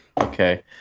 Okay